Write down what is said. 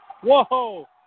Whoa